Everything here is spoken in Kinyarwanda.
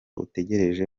utegereje